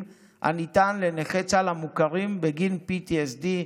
הניתן לנכי צה"ל המוכרים בגין PTSD,